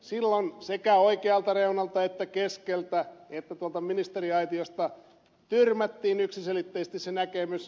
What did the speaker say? silloin sekä oikealta reunalta keskeltä että tuolta ministeriaitiosta tyrmättiin yksiselitteisesti se näkemys